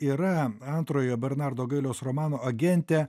yra antrojo bernardo gailiaus romano agentė